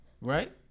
Right